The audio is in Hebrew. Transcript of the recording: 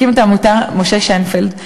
הקים את העמותה משה שיינפלד.